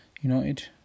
United